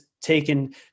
taken